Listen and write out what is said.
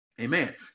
amen